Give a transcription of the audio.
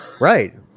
Right